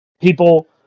people